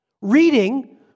reading